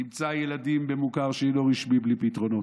תמצא ילדים במוכר שאינו רשמי בלי פתרונות,